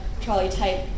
trolley-type